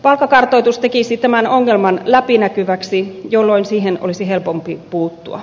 palkkakartoitus tekisi tämän ongelman läpinäkyväksi jolloin siihen olisi helpompi puuttua